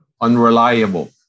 unreliable